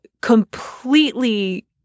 completely